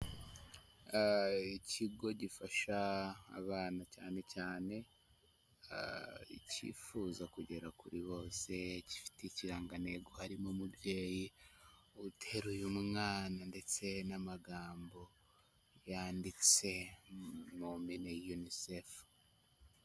Ikigo gifasha abana, cyane cyane cyifuza kugera kuri bose, gifite ikirangantego harimo umubyeyi uteruye umwana ndetse n'amagambo yanditse mu mpine, unicef.